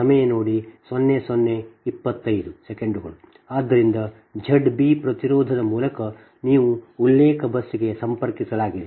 ಆದ್ದರಿಂದ Z b ಪ್ರತಿರೋಧದ ಮೂಲಕ ನೀವು ಉಲ್ಲೇಖ ಬಸ್ಗೆ ಸಂಪರ್ಕಿಸಲಾಗಿದೆ